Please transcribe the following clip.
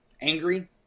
angry